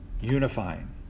unifying